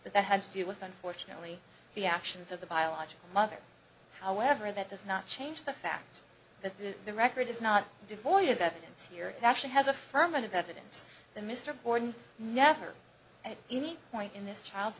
but that had to do with unfortunately the actions of the biological mother however that does not change the fact that the record is not devoid of evidence here actually has affirmative evidence the mr gordon never at any point in this child's